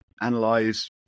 analyze